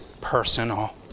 personal